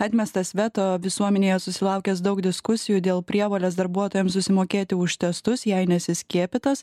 atmestas veto visuomenėje susilaukęs daug diskusijų dėl prievolės darbuotojams susimokėti už testus jei nesi skiepytas